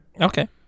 Okay